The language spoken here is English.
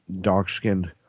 dark-skinned